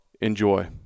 Enjoy